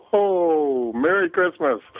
ho, merry christmas